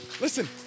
Listen